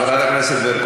חברת הכנסת ברקו.